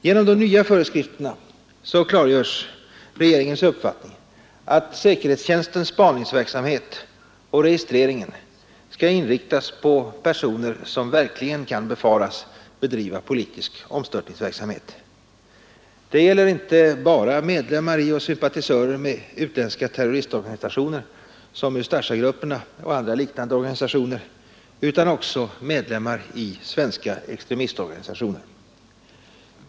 Genom de nya föreskrifterna klargörs regeringens uppfattning att säkerhetstjänstens spaningsverksamhet och registrering skall inriktas på personer som verkligen kan befaras bedriva politisk omstörtningsverksamhet. Det gäller inte bara medlemmar i och sympatisörer med utländska terroristorganisationer som Ustasjagrupperna och andra liknande organisationer utan också medlemmar i svenska extremistorganisationer.